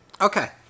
Okay